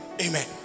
Amen